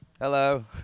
Hello